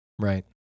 Right